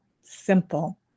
simple